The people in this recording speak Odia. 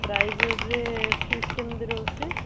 ପ୍ରାଇଭେଟ୍ରେ ଫିସ୍ କେମିତି ରହୁଛି